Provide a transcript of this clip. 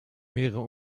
mehrere